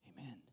Amen